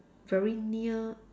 very near